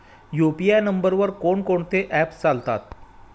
UPI नंबरवर कोण कोणते ऍप्स चालतात?